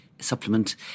supplement